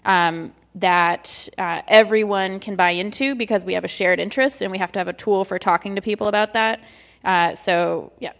that everyone can buy into because we have a shared interest and we have to have a tool for talking to people about that so ye